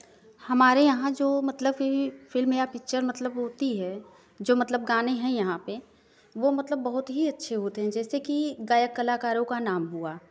हमारे यहाँ जो मतलब कि फ़िल्म या पिक्चर मतलब होती है जो मतलब गाने हैं यहाँ पर वह मतलब बहुत ही अच्छे होते हैं जैसे कि गायक कलाकारों का नाम हुआ